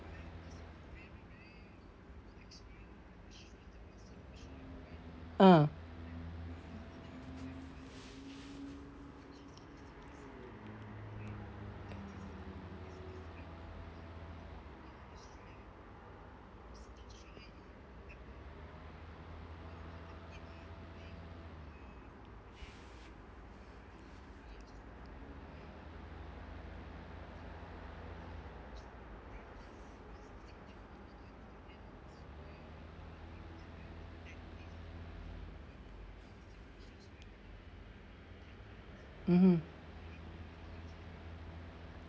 ah mmhmm